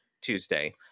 Tuesday